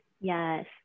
Yes